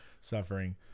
suffering